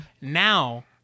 Now